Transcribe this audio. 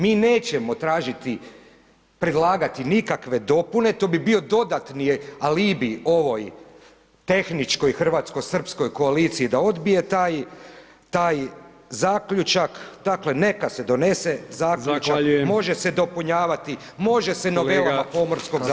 Mi nećemo tražiti, predlagati nikakve dopune, to bi bio dodatni alibi ovoj tehničkoj hrvatsko-srpskoj koaliciji da odbije taj zaključak, dakle, neka se donese zaključak [[Upadica: Zahvaljujem]] može se dopunjavati, može se [[Upadica: Kolega…]] [[Govornik se ne razumije]] pomorskog zakona